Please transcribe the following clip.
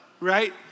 right